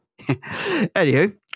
anywho